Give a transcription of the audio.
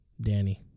Danny